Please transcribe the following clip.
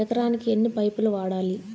ఎకరాకి ఎన్ని పైపులు వాడాలి?